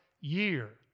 year